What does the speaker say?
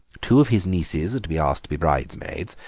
two of his nieces are to be asked to be bridesmaids,